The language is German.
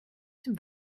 dem